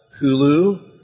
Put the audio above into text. Hulu